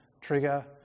trigger